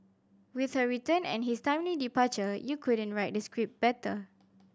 with her return and his timely departure you couldn't write the script better